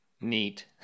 Neat